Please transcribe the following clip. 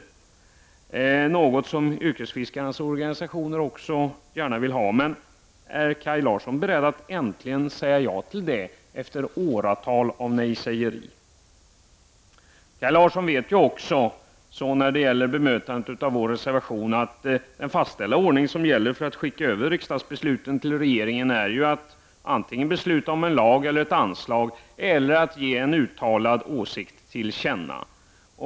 Det är något som yrkesfiskarnas organisationer gärna ser. Är Kaj Larsson beredd att äntligen säga ja till det efter åratal av nej-sägeri? Kaj Larsson vet ju, när det gäller bemötandet av vår reservation, att den fastställda ordning som gäller för att skicka över riksdagens direktiv till regeringen ju är att antingen besluta om en lag eller ett anslag eller att ge en uttalad åsikt till känna.